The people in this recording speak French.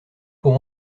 pour